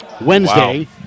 Wednesday